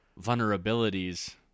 vulnerabilities